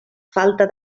falta